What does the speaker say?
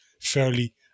fairly